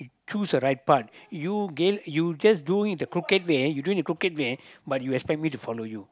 choose the right path you gain you just do it the crooked way you doing the crooked way but you expect me to follow you